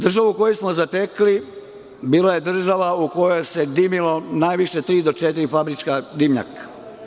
Država koju smo zatekli bila je država u kojoj se dimilo najviše tri, do četiri fabrička dimnjaka.